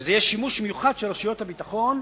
וזה יהיה שימוש מיוחד של רשויות הביטחון,